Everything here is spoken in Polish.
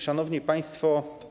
Szanowni Państwo!